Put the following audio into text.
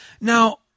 Now